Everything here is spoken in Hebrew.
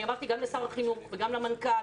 אני אמרתי גם לשר החינוך וגם למנכ"ל,